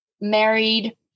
married